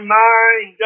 mind